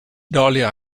dahlia